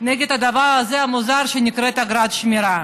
נגד הדבר הזה, המוזר, שנקרא אגרת שמירה.